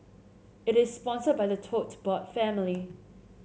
it is sponsored by the Tote Board family